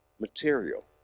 material